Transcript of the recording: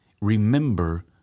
remember